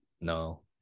No